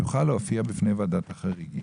יוכל להופיע בפני ועדת החריגים.